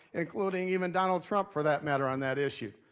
including even donald trump for that matter on that issue.